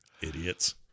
Idiots